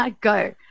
Go